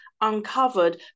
uncovered